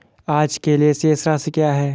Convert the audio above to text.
आज के लिए शेष राशि क्या है?